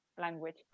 language